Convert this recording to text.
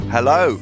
Hello